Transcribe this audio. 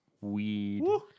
weed